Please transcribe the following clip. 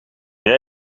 jij